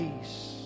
peace